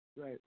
Right